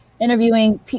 interviewing